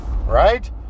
Right